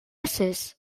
ases